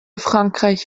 frankreich